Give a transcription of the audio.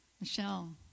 Michelle